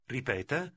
Ripeta